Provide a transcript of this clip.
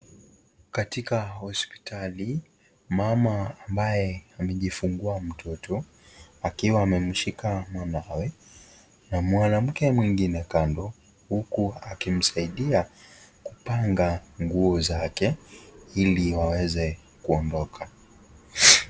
Katika hospitali mama ambaye amejifungua mtoto akiwa ameshika na mwanamke mwingine kando huku akimsaidia kupanga nguo zake iko waweze kuondoka.